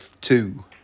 two